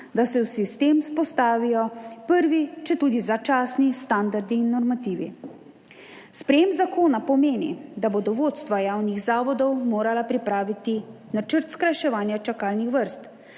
da se v sistem vzpostavijo prvi, četudi začasni, standardi in normativi. Sprejetje zakona pomeni, da bodo vodstva javnih zavodov morala pripraviti načrt skrajševanja čakalnih vrst,